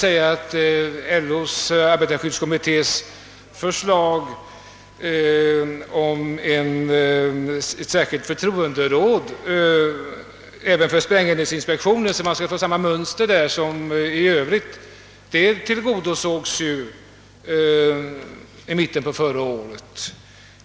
LO:s arbetarskyddskommittés förslag om ett särskilt förtroenderåd även för sprängämnesinspektionen enligt ett likartat mönster som på annat håll tillgodosågs redan i mitten av förra året.